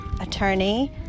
attorney